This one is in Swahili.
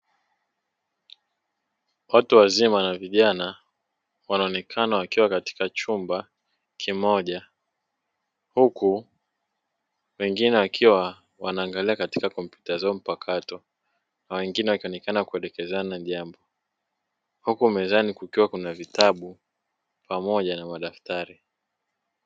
Watu wazima na vijana wanaonekana wakiwa katika chumba kimoja huku wengine wakiwa wanaangalia katika kompyuta zao mpakato, na wengine wakionekana wakielekezana jambo huku mezani kukiwa kuna vitabu pamoja na vitabu.